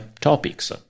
topics